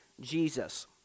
Jesus